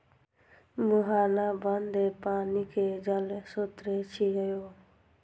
मुहाना बंद पानिक जल स्रोत छियै